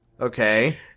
okay